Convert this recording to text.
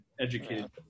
educated